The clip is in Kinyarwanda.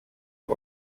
uko